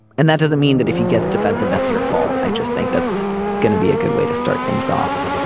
and that doesn't mean that if he gets defensive that's your fault. i just think that's gonna be a good way to start things off